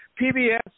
PBS